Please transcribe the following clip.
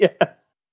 yes